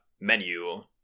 menu